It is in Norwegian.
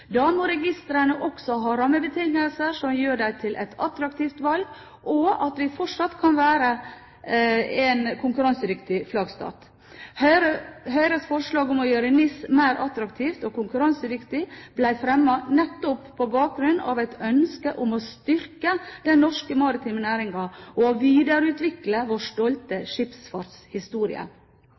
Da må registrene også ha rammebetingelser som gjør dem til et attraktivt valg, slik at vi fortsatt kan være en konkurransedyktig flaggstat. Høyres forslag om å gjøre NIS mer attraktivt og konkurransedyktig ble fremmet nettopp på bakgrunn av et ønske om å styrke den norske maritime næringen og videreutvikle vår stolte skipsfartshistorie.